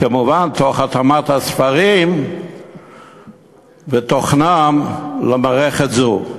כמובן תוך התאמת הספרים ותוכנם למערכת זו.